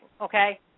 okay